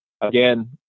again